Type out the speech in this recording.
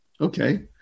Okay